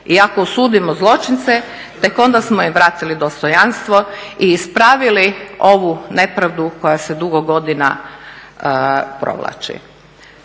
ako osudimo zločince tek onda smo im vratili dostojanstvo i ispravili ovu nepravdu koja se dugo godina provlači.